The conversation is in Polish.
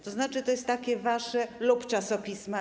To znaczy, to jest takie wasze ˝lub czasopisma˝